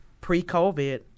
pre-COVID